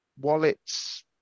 wallets